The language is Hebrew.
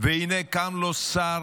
והינה קם לו שר